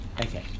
Okay